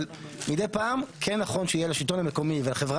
אבל מדי פעם כן נכון שיהיה לשלטון המקומי ולחברה